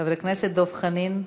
חבר הכנסת דב חנין,